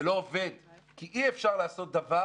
זה לא עובד, כי אי אפשר לעשות דבר